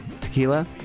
tequila